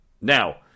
Now